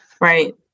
Right